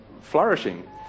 flourishing